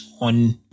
on